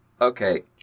Okay